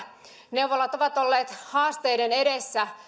neuvolat ovat olleet haasteiden edessä